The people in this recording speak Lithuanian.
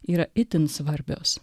yra itin svarbios